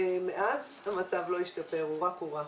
מאז המצב לא השתפר, הוא רק הורע.